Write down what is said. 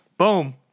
Boom